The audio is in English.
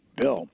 bill